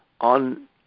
on